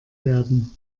werden